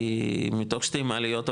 כי מתוך שתי מעליות,